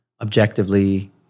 objectively